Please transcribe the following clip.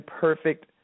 perfect